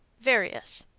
various.